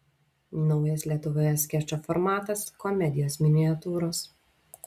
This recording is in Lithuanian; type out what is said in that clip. naujas lietuvoje skečo formatas komedijos miniatiūros